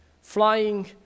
flying